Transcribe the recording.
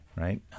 right